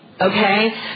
okay